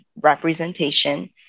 representation